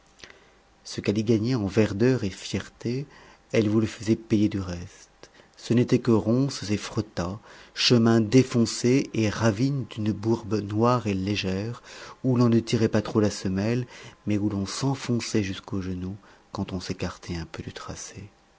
ce qu'elle y gagnait en verdeur et fierté elle vous le faisait payer du reste ce n'était que ronces et fretats chemins défoncés et ravines d'une bourbe noire et légère où l'on ne tirait pas trop la semelle mais où l'on s'enfonçait jusqu'aux genoux quand on s'écartait un peu du tracé